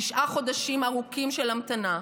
תשעה חודשים ארוכים של המתנה,